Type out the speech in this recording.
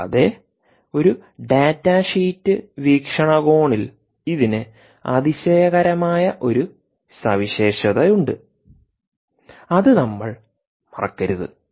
കൂടാതെ ഒരു data sheet വീക്ഷണകോണിൽ ഇതിന് അതിശയകരമായ ഒരു സവിശേഷതയുണ്ട് അത് നമ്മൾ മറക്കരുത്